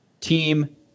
team